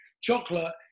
chocolate